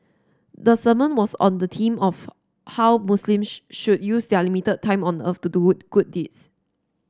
the sermon was on the theme of how Muslims should use their limited time on earth to do would good deeds